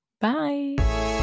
bye